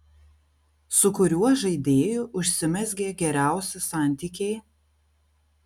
su kuriuo žaidėju užsimezgė geriausi santykiai